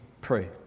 pray